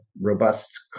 robust